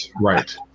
right